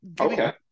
okay